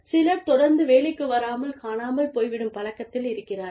சிலர் தொடர்ந்து வேலைக்கு வராமல் காணமல் போய்விடும் பழக்கத்தில் இருக்கிறார்கள்